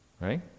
Right